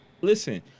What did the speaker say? listen